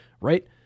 right